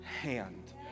hand